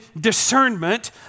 discernment